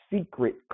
secret